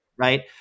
Right